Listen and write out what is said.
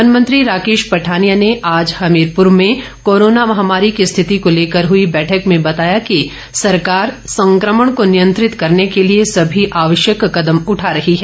one मंत्री राकेश पठानिया ने आज हमीरपुर में कोरोना महामारी की स्थिति को लेकर हुई बैठक में बताया कि सरकार संक्रमण को नियंत्रित करने के लिए समी आवश्यक कदम उठा रही है